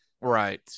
Right